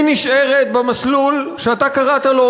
היא נשארת במסלול שאתה קראת לו,